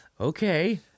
Okay